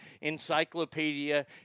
encyclopedia